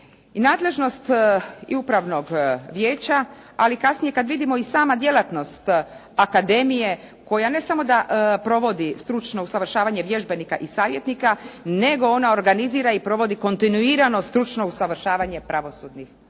nadležnost i upravnog vijeća, ali kasnije kad vidimo i sama djelatnost akademije, koja ne samo da provodi stručno usavršavanje vježbenika i savjetnika, nego ona organizira i provodi kontinuirano stručno usavršavanje pravosudnih